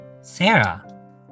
Sarah